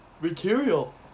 material